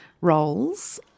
roles